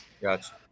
Gotcha